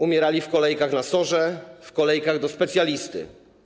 Umierały w kolejkach na SOR, w kolejkach do specjalisty.